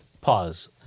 Pause